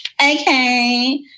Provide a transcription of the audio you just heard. okay